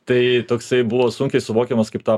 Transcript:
tai toksai buvo sunkiai suvokiamas kaip tą